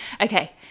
Okay